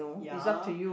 ya